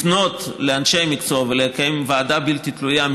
לפנות לאנשי המקצוע ולקיים ועדה בלתי תלויה עם